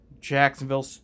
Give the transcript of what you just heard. Jacksonville